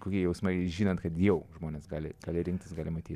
kokie jausmai žinant kad jau žmonės gali gali rinktis gali matyt